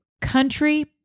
country